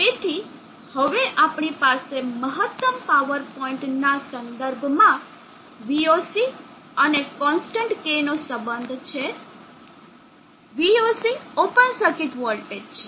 તેથી હવે આપણી પાસે મહત્તમ પાવર પોઇન્ટ ના સંદર્ભમાં voc અને કોનસ્ટન્ટ K નો સંબંધ છે voc ઓપન સર્કિટ વોલ્ટેજ છે